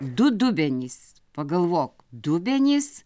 du dubenys pagalvok dubenys